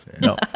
no